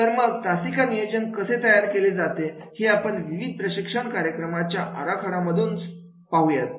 तर मग तासिका नियोजन कसे तयार केले जाते हे आपण विविध प्रशिक्षण कार्यक्रमाच्या आराखडा मधून पाहुयात